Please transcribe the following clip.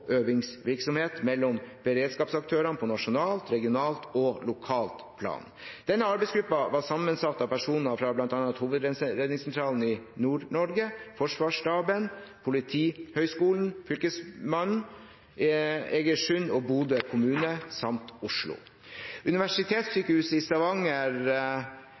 øvingsvirksomhet mellom beredskapsaktørene på nasjonalt, regionalt og lokalt plan. Denne arbeidsgruppen var sammensatt av personer fra bl.a. Hovedredningssentralen i Nord-Norge, Forsvarsstaben, Politihøgskolen, Fylkesmannen, Eigersund og Bodø kommuner samt Oslo universitetssykehus og Stavanger